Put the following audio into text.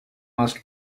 must